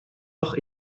doch